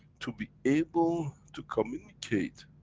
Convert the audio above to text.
to be able to communicate,